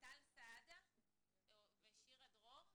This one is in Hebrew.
טל סעדה ושירה דרור,